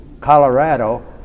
Colorado